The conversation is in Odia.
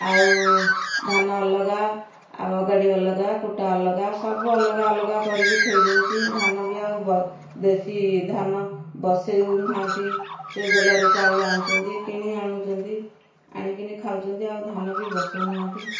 ଆଉ ଧାନ ଅଲଗା ଆଉ ଅଗାଡ଼ି ଅଲଗା କୁଟା ଅଲଗା ସବୁ ଅଲଗା ଅଲଗା କରିକି ଥୋଇଦେଉଛି ଧାନ ବି ଆଉ ବ ବେଶୀ ଧାନ ବସଉ ନାହାଁନ୍ତି ସେ ଗୋଲାରୁ ଚାଉଳ ଆଣୁଛନ୍ତି କିଣି ଆଣୁଛନ୍ତି ଆଣିକିନି ଖାଉଛନ୍ତି ଆଉ ଧାନ ବି ବସଉ ନାହାନ୍ତି